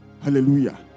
Hallelujah